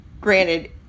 granted